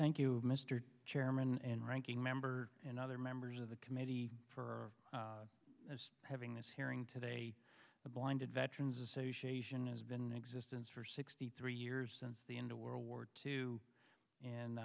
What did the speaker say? thank you mr chairman and ranking member and other members of the committee for as having this hearing today the blinded veterans association has been in existence for sixty three years since the into world war two and